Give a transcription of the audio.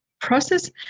process